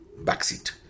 backseat